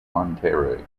ontario